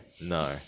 No